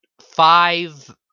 five